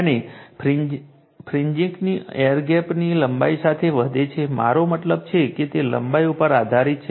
અને ફ્રિન્ગિંગની અસર એર ગેપની લંબાઈ સાથે વધે છે મારો મતલબ છે કે તે લંબાઈ ઉપર આધારિત છે